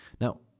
Now